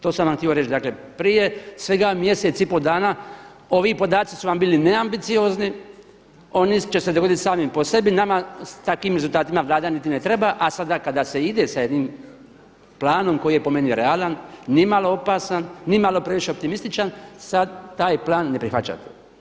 To sam vam htio reći, dakle prije svega mjesec i po dana ovi podaci su vam bili neambiciozni, oni će se dogoditi sami po sebi, nama s takvim rezultatima Vlada niti ne treba, a sada kada se ide sa jednim planom koji je po meni realan, nimalo opasan, nimalo previše optimističan sad taj plan ne prihvaćate.